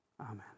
Amen